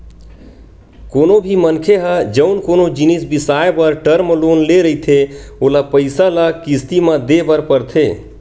कोनो भी मनखे ह जउन कोनो जिनिस बिसाए बर टर्म लोन ले रहिथे ओला पइसा ल किस्ती म देय बर परथे